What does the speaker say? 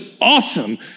awesome